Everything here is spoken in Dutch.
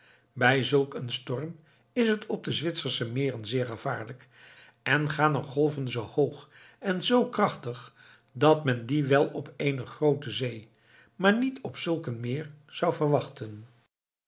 bij zulk een storm is het op de zwitsersche meren zeer gevaarlijk en gaan er golven zoo hoog en zoo krachtig dat men die wel op eene groote zee maar niet op zulk een meer zou verwachten